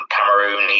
Cameroon